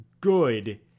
good